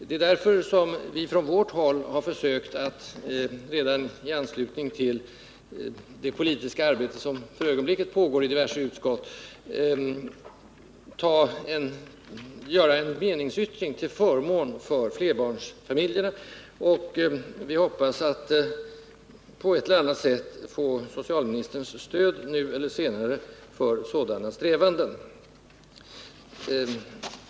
Det är därför vi från vårt håll har försökt att redan i anslutning till det politiska arbete som för ögonblicket pågår i diverse utskott markera en viljeinriktning till förmån för flerbarnsfamiljerna, och jag hoppas 63 att vi på ett eller annat sätt får socialministerns stöd nu eller senare för sådana strävanden.